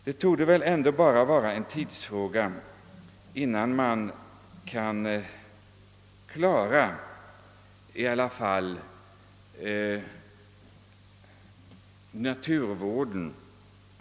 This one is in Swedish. Det torde endast vara en tidsfråga, innan naturvårdsproblemet kan lösas.